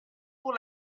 pour